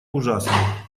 ужасный